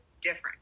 different